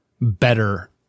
better